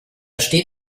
steht